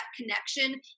connection